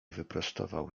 wyprostował